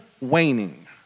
waning